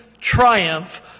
triumph